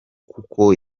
kuko